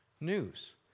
news